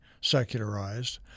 secularized